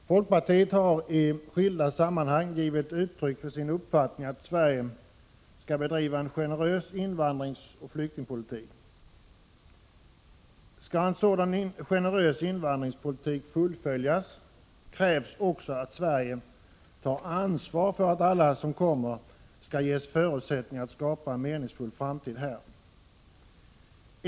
Herr talman! Folkpartiet har i skilda sammanhang givit uttryck för sin uppfattning att Sverige skall bedriva en generös invandringsoch flyktingpolitik. Skall en sådan generös invandringspolitik fullföljas krävs också att Sverige tar ansvar för att alla som kommer ges förutsättningar att kunna skapa en meningsfull framtid här.